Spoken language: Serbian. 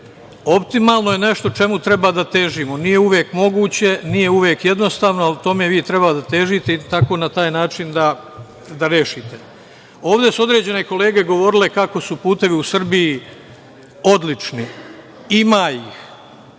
Optimalno je nešto čemu treba da težimo. Nije uvek moguće, nije uvek jednostavno, ali tome vi treba da težite i tako na taj način da rešite. Ovde su određene kolege govorile kako su putevi u Srbiji odlični. Ima ih,